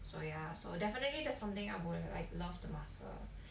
so ya so definitely that's something I would like love to master